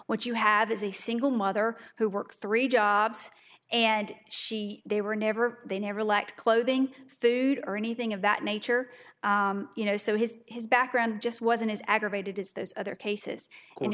what you have is a single mother who worked three jobs and she they were never they never lacked clothing food or anything of that nature you know so his his background just wasn't as aggravated as those other cases